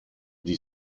die